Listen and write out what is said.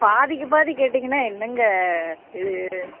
பாதிக்கு பாதி கேட்டீங்கனால் என்னங்க இது